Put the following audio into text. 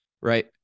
right